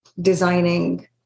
designing